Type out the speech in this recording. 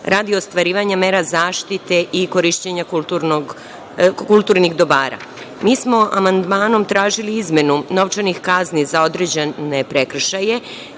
radi ostvarivanja mera zaštite i korišćenja kulturnih dobara. Mi smo amandmanom tražili izmenu novčanih kazni za određene prekršaje,